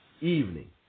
evening